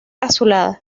azulada